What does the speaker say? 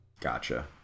Gotcha